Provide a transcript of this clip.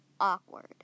awkward